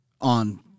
on